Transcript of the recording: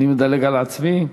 אני מדלג על עצמי.